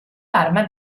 parma